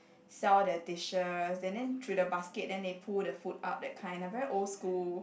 sell their dishes and then through the basket then they pull the food up that kind like very old school